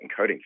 encoding